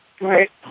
Right